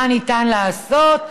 מה ניתן לעשות?